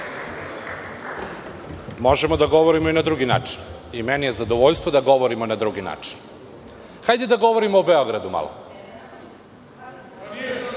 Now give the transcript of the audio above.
Možemo da govorimo i na drugi način. Meni je zadovoljstvo da govorimo na drugi način. Hajde da govorimo o Beogradu malo.